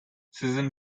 season